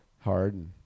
hard